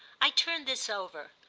i turned this over.